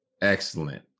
Excellent